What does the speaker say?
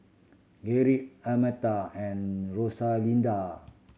Gerrit Almeta and Rosalinda